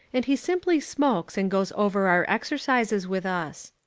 and he simply smokes and goes over our exercises with us.